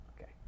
Okay